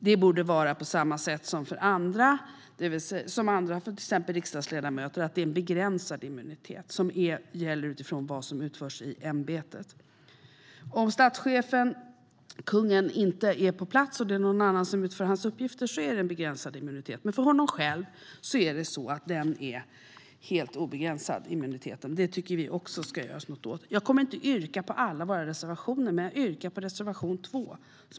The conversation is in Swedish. Det borde vara på samma sätt som för till exempel riksdagsledamöter, det vill säga en begränsad immunitet som gäller utifrån vad som utförs i ämbetet. Om statschefen - kungen - inte är på plats och det är någon annan som utför hans uppgifter gäller begränsad immunitet, men för honom själv är immuniteten helt obegränsad. Det tycker vi också att det ska göras något åt. Jag kommer inte att yrka bifall till alla våra reservationer, men jag yrkar bifall till reservation 2.